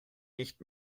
nicht